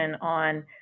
on